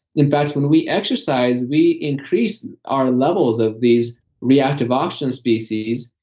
in fact when we exercise we increase our levels of these reactive oxygen species,